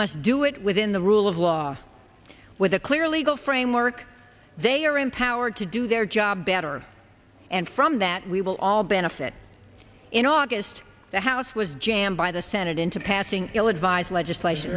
must do it within the rule of law with a clear legal framework they are empowered to do their job better and from that we will all benefit in august the house was jammed by the senate into passing ill advised legislation